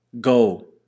go